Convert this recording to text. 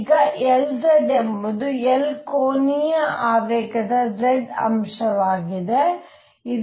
ಈಗ Lz ಎಂಬುದು L ಕೋನೀಯ ಆವೇಗದ z ಅಂಶವಾಗಿದೆ